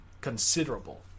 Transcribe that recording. considerable